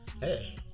Hey